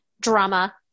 drama